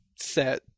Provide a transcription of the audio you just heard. set